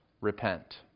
repent